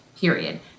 period